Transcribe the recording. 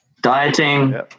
Dieting